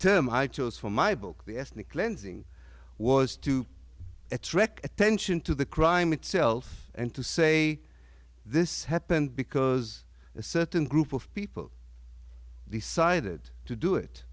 term i chose for my book the ethnic cleansing was to trick attention to the crime itself and to say this happened because a certain group of people decided to do it